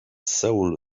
soul